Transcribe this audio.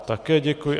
Také děkuji.